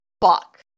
fuck